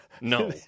No